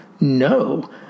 No